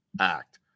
act